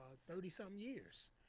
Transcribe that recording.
thirty seven years.